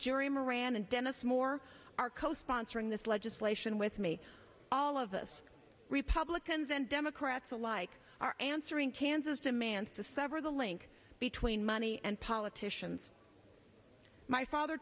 jury moran and dennis moore are co sponsoring this legislation with me all of us republicans and democrats alike are answering kansas demands to sever the link between money and politicians my father